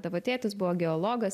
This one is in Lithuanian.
tavo tėtis buvo geologas